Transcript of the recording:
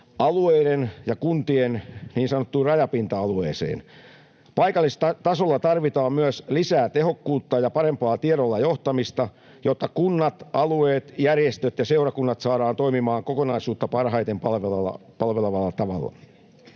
alueiden ja kuntien niin sanottuun rajapinta-alueeseen. Paikallista tasoa tarvitaan, myös lisää tehokkuutta ja parempaa tiedolla johtamista, jotta kunnat, alueet, järjestöt ja seurakunnat saadaan toimimaan kokonaisuutta parhaiten palvelevalla tavalla.